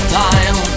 time